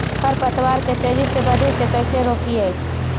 खर पतवार के तेजी से बढ़े से कैसे रोकिअइ?